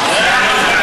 כולם?